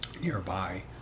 Nearby